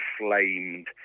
inflamed